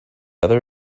other